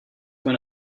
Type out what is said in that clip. when